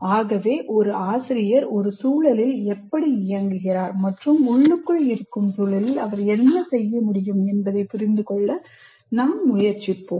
ஆகவே ஒரு ஆசிரியர் ஒரு சூழலில் எப்படி இயங்குகிறார் மற்றும் உள்ளுக்குள் இருக்கும் சூழலில் அவர் என்ன செய்ய முடியும் என்பதைப் புரிந்து கொள்ள நாம் முயற்சிப்போம்